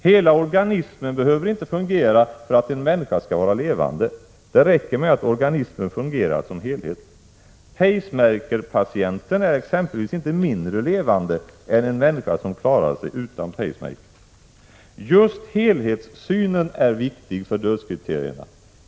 Hela organismen behöver inte fungera för att en människa skall vara levande. Det räcker med att organismen fungerar som helhet. Pacemakerpatienten är exempelvis inte mindre levande än en människa som klarar sig utan pacemaker. Just helhetssynen är viktig för dödskriterierna.